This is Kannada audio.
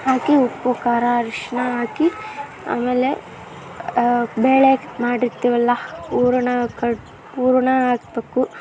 ಹಾಕಿ ಉಪ್ಪು ಖಾರ ಅರಿಶ್ಣ ಹಾಕಿ ಆಮೇಲೆ ಬೇಳೆ ಮಾಡಿರ್ತೀವಲ್ಲ ಹೂರ್ಣ ಕಟ್ ಹೂರ್ಣ ಹಾಕ್ಬಕು